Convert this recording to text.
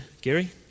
Gary